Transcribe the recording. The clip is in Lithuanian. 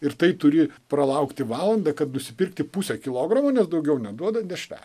ir tai turi pralaukti valandą kad nusipirkti pusę kilogramo nes daugiau neduoda dešrelių